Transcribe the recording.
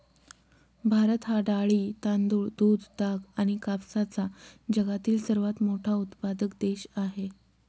भारत हा डाळी, तांदूळ, दूध, ताग आणि कापसाचा जगातील सर्वात मोठा उत्पादक देश आहे